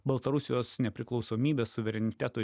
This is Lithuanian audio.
baltarusijos nepriklausomybės suvereniteto